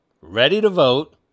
ready-to-vote